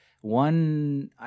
one